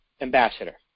ambassador